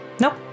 Nope